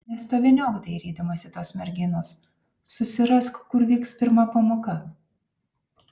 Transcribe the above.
nestoviniuok dairydamasi tos merginos susirask kur vyks pirma pamoka